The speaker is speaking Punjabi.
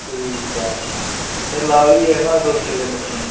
ਠੀਕ ਐ ਫਿਰ ਲਾ ਲਈਏ ਨਾ ਦੋ ਕੁ ਕਿੱਲੇ ਮੱਕੀ